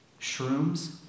shrooms